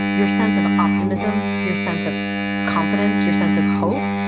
your sense of optimism, your sense of confidence, your sense of hope,